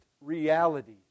reality